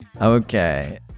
Okay